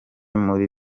muri